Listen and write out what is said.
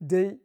Dai